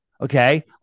Okay